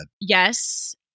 Yes